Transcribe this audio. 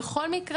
בכל מקרה,